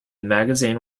magazine